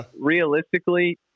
realistically –